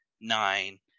nine